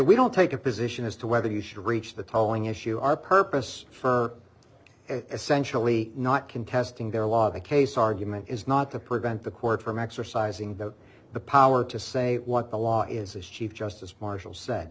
we don't take a position as to whether you should reach the telling issue our purpose for essentials not contesting their law the case argument is not to prevent the court from exercising the power to say what the law is as chief justice marshal